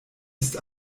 ist